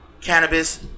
cannabis